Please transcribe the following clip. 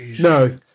No